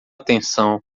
atenção